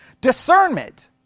Discernment